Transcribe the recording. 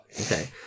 Okay